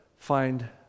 find